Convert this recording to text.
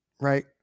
right